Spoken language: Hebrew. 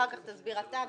אחר כך תסביר אתה ונראה.